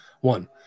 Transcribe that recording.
one